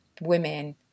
women